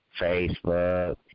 Facebook